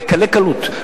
בקלי קלות,